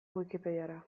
wikipediara